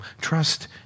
Trust